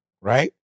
Right